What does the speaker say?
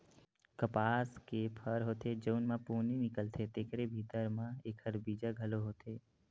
कपसा के फर होथे जउन म पोनी निकलथे तेखरे भीतरी म एखर बीजा घलो होथे